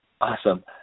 Awesome